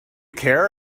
care